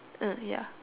uh ya